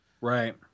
right